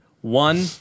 One